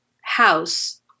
house